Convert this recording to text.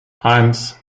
eins